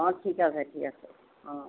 অঁ ঠিক আছে ঠিক আছে অঁ